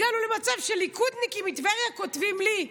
הגענו למצב שליכודניקים מטבריה כותבים לי.